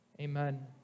Amen